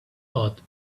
but